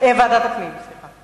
ההצעה להעביר את